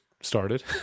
started